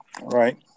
Right